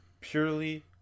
purely